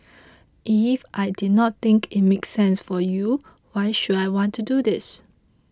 if I did not think it make sense for you why should I want to do this